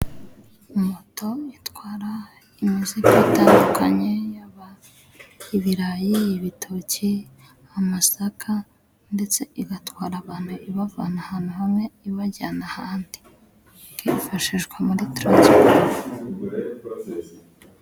Moto itwara imizigo itandukanye, ibirayi, ibitoki, amasaka, ndetse igatwara abantu ibavana ahantu hamwe ibajyana ahandi, hifashishwa muri tiransipoti.